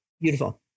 Beautiful